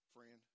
friend